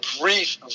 brief